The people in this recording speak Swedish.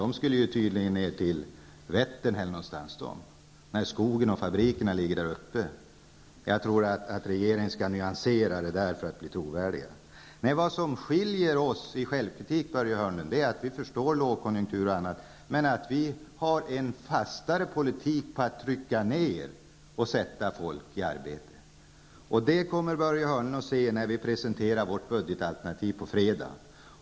De skulle tydligen få lov att åka ned till Vättern eller någonstans där i trakten, medan skogen och fabrikerna ligger uppe i norr. Jag tror att regeringen måste nyansera sig på den punkten för att bli trovärdiga. Vad som skiljer oss i fråga om självkritik, Börje Hörnlund, är att vi förstår lågkonjunktur men ändå har fastare politik när det gäller att trycka ned arbetslösheten och sätta folk i arbete. Det kommer Börje Hörnlund att se när vi presenterar vårt budgetalternativ på fredag.